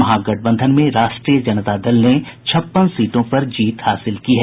महागठबंधन में राष्ट्रीय जनता दल ने छप्पन सीटों पर जीत हासिल की है